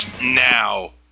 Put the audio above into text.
now